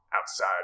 outside